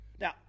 now